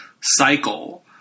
cycle